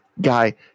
guy